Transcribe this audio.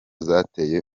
zataye